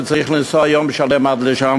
הוא צריך לנסוע יום שלם עד לשם,